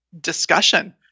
discussion